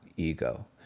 Ego